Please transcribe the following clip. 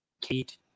Kate